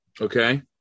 Okay